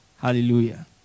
hallelujah